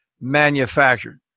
manufactured